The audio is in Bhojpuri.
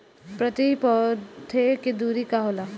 प्रति पौधे के दूरी का होला?